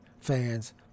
fans